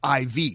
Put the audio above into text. IV